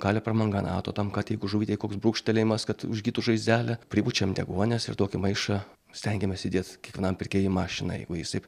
kalio permanganato tam kad jeigu žuvytei koks brūkštelėjimas kad užgytų žaizdelė pripučiam deguonies ir tokį maišą stengiamės įdėt kiekvienam pirkėjui į mašiną jeigu jisai